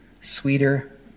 sweeter